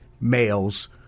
males